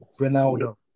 Ronaldo